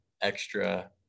extra